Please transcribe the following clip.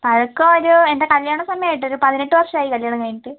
പഴക്കം ഒരു എൻ്റെ കല്യാണ സമയമായിട്ട് ഒരു പതിനെട്ട് വർഷമായി കല്യാണം കഴിഞ്ഞിട്ട്